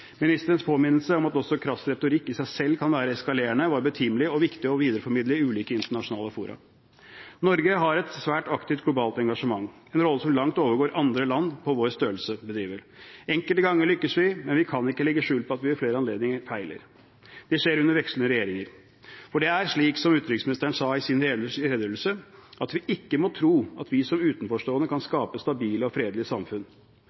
Ministerens påminnelse om at også krass retorikk i seg selv kan være eskalerende, var betimelig og viktig å videreformidle i ulike internasjonale fora. Norge har et svært aktivt globalt engasjement, en rolle som langt overgår det andre land på vår størrelse bedriver. Enkelte ganger lykkes vi, men vi kan ikke legge skjul på at vi ved flere anledninger feiler. Det skjer under vekslende regjeringer. For det er slik som utenriksministeren sa i sin redegjørelse, at vi ikke må tro at vi som utenforstående kan skape stabile og fredelige samfunn.